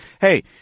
Hey